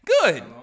Good